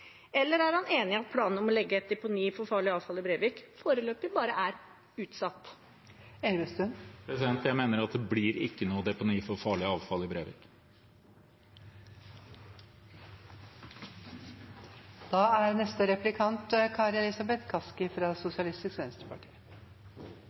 Eller er han enig i at planene om å legge et deponi for farlig avfall i Brevik foreløpig bare er utsatt? Jeg mener at det ikke blir noe deponi for farlig avfall i